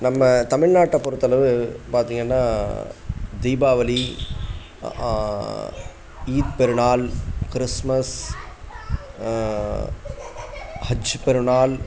நம்ம தமிழ்நாட்டைப் பொறுத்தளவு பார்த்தீங்கன்னா தீபாவளி அ ஈத் பெருநாள் கிறிஸ்மஸ் ஹஜ்ஜு பெருநாள்